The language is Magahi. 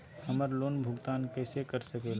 हम्मर लोन भुगतान कैसे कर सके ला?